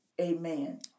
Amen